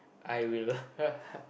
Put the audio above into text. I will